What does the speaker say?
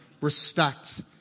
respect